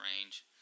range